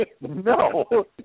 No